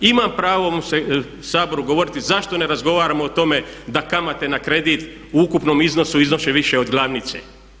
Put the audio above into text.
Imam pravo u ovom Saboru govoriti zašto ne razgovaramo o tome da kamate na kredit u ukupnom iznosu iznose više od glavnice.